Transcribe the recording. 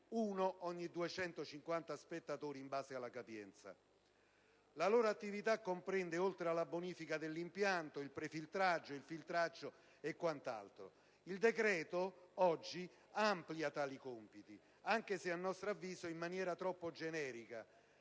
uno ogni 250 spettatori, in base alla capienza. La loro attività comprende, oltre alla bonifica dell'impianto, il prefiltraggio, il filtraggio e quant'altro. Il decreto oggi amplia tali compiti, anche se, a nostro avviso, in maniera troppo generica.